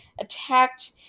attacked